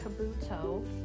Kabuto